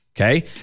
okay